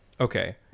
okay